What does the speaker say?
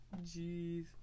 jeez